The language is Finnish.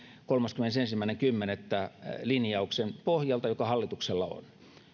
kolmaskymmenesensimmäinen kymmenettä linjauksen pohjalta joka hallituksella on